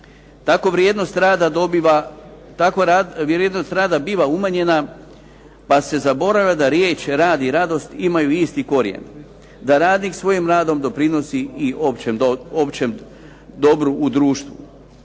Tako vrijednost rada biva umanjena pa se zaboravlja da riječ rad i radost imaju isti korijen, da radnik svojim radom doprinosi i općem dobru u društvu.